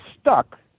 stuck